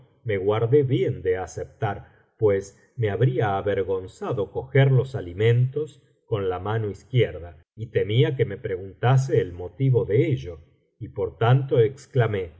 me guardé bien de aceptar pues me habría avergonzado coger los alimentos con la mano izquierda y temía que me preguntase el motivo de ello y por tanto exclamé